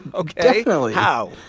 ok, how?